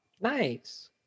Nice